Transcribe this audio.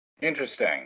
Interesting